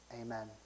Amen